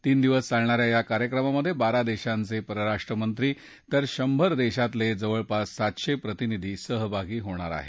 तीन दिवस चालणा या या कार्यक्रमात बारा देशांचे परराष्ट्रमंत्री तर शंभर देशातले जवळपास सातशे प्रतिनिधी सहभागी होणार आहेत